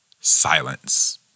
Silence